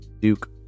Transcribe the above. Duke